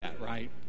right